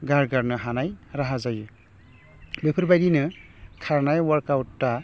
गारगारनो हानाय राहा जायो बेफोर बायदिनो खारनाय वार्कआवोटआ